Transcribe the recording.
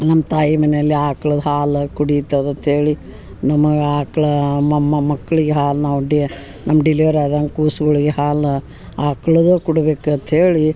ನಮ್ಮ ತಾಯಿ ಮನೆಯಲ್ಲಿ ಆಕ್ಳ್ದ ಹಾಲು ಕುಡಿತದ ತೇಳಿ ನಮಗೆ ಆಕ್ಳ ಮಕ್ಳಿಗೆ ಹಾಲು ನಾವು ಡೆ ನಮ್ಮ ಡೆಲಿವರ್ ಆದಂಗೆ ಕೂಸ್ಗುಳಿಗೆ ಹಾಲು ಆಕಳ್ದ ಕುಡ್ಬೇಕು ಅಂತ ಹೇಳಿ